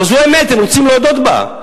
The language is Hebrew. אבל זו האמת, אם רוצים להודות בה.